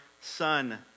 son